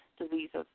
diseases